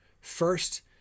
First